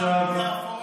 השר פורר?